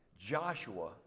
Joshua